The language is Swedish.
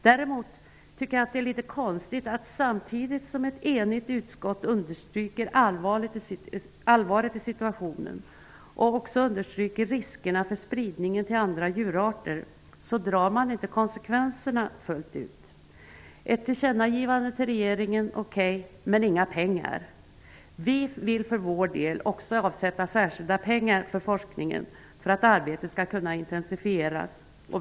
Däremot tycker jag att det är litet konstigt att man, samtidigt som ett enigt utskott understryker allvaret i situationen och också betonar riskerna för spridning till andra djurarter, inte drar konsekvenserna fullt ut. Ett tillkännagivande till regeringen är okej, men det ger inga pengar. Vi vill för vår del avsätta särskilda pengar till forskningen för att arbetet skall kunna intensifieras.